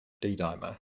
D-dimer